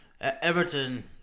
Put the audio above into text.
Everton